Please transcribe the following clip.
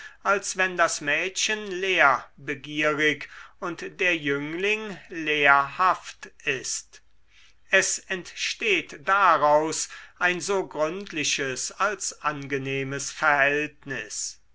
als wenn das mädchen lehrbegierig und der jüngling lehrhaft ist es entsteht daraus ein so gründliches als angenehmes verhältnis